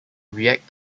react